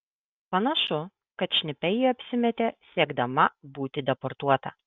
panašu kad šnipe ji apsimetė siekdama būti deportuota